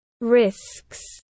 risks